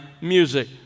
music